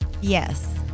Yes